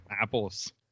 apples